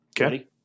Okay